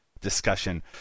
discussion